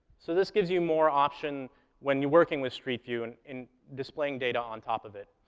so this gives you more options when you're working with street view and in displaying data on top of it.